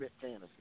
fantasy